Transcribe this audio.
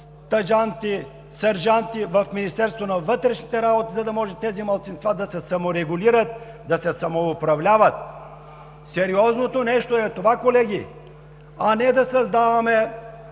сержанти в Министерството на вътрешните работи, за да може тези малцинства да се саморегулират, да се самоуправляват. Сериозното нещо е това, колеги, а не танкът